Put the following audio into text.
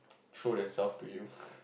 throw themselves to you